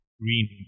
Green